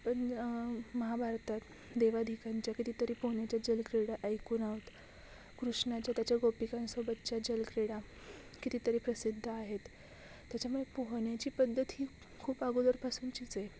पण महाभारतात देवादिकांच्या कितीतरी पोहण्याच्या जलक्रीडा ऐकून आहोत कृष्णाच्या त्याच्या गोपिकांसोबतच्या जलक्रीडा कितीतरी प्रसिद्ध आहेत त्याच्यामुळे पोहण्याची पद्धत ही खूप अगोदरपासूनचीच आहे